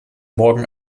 morgen